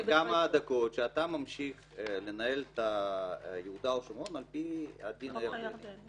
כאן לפני כמה דקות שאתה ממשיך לנהל את יהודה ושומרון על פי החוק הירדני.